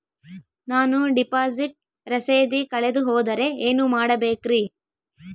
ನಾನು ಡಿಪಾಸಿಟ್ ರಸೇದಿ ಕಳೆದುಹೋದರೆ ಏನು ಮಾಡಬೇಕ್ರಿ?